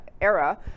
era